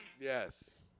yes